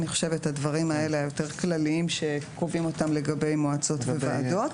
הדברים האלה היותר כלליים שקובעים אותם לגבי מועצות וועדות.